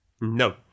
No